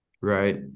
right